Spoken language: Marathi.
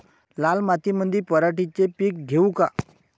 लाल मातीमंदी पराटीचे पीक घेऊ का?